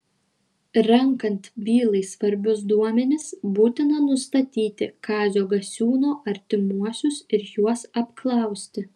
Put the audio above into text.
renkant bylai svarbius duomenis būtina nustatyti kazio gasiūno artimuosius ir juos apklausti